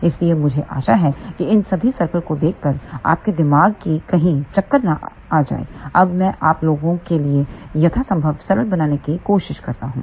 इसलिए मुझे आशा है कि इन सभी सर्कल्स को देखकर आपके दिमाग को कहीं चक्कर ना आ जाए अब मैं आप लोगों के लिए यथासंभव सरल बनाने की कोशिश करता हूं